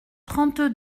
trente